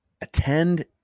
Attend